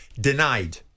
denied